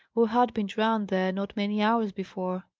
or had been drowned there not many hours before.